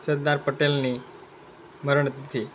સરદાર પટેલની મરણતિથિ